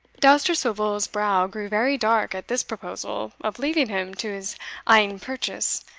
dousterswivel's brow grew very dark at this proposal of leaving him to his ain purchase,